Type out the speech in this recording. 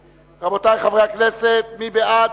רבותי, חברי הכנסת, מי בעד?